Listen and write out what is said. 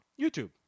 YouTube